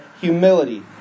humility